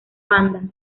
banda